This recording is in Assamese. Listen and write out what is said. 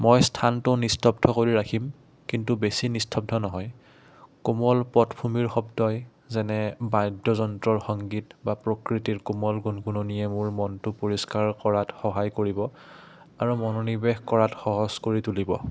মই স্থানটো নিস্তব্ধ কৰি ৰাখিম কিন্তু বেছি নিস্তব্ধ নহয় কোমল পটভূমিৰ শব্দই যেনে বাদ্যযন্ত্ৰ সংগীত বা প্ৰকৃতিৰ কোমল গুণগুণনিয়ে মোৰ মনটো পৰিষ্কাৰ কৰাত সহায় কৰিব আৰু মনোনিৱেশ কৰাত সহজ কৰি তুলিব